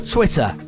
Twitter